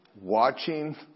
Watching